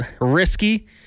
risky